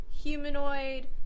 humanoid